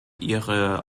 ihre